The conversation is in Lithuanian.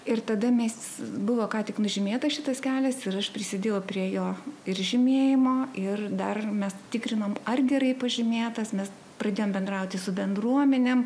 ir tada mės buvo ką tik nužymėtas šitas kelias ir aš prisidėjau prie jo ir žymėjimo ir dar mes tikrinom ar gerai pažymėtas mes pradėjom bendrauti su bendruomenėm